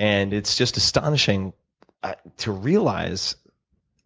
and it's just astonishing to realize